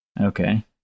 Okay